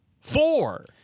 four